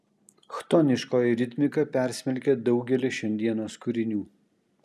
chtoniškoji ritmika persmelkia daugelį šiandienos kūrinių